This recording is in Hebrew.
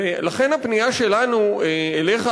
לכן הפנייה שלנו אליך,